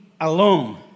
alone